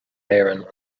héireann